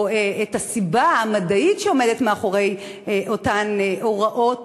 או את הסיבה המדעית שעומדת מאחורי אותן הוראות,